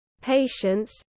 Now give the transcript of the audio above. patience